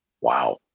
Wow